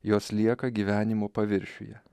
jos lieka gyvenimo paviršiuje